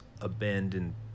abandoned